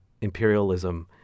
imperialism